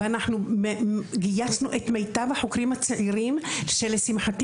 גייסנו את מיטב החוקרים הצעירים שלשמחתי,